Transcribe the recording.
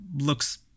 looks